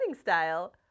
style